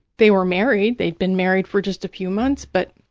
they were married. they'd been married for just a few months, but